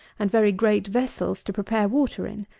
and very great vessels to prepare water in.